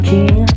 King